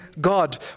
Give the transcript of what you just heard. God